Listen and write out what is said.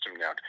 now